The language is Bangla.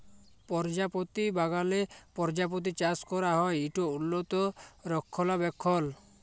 পরজাপতি বাগালে পরজাপতি চাষ ক্যরা হ্যয় ইট উল্লত রখলাবেখল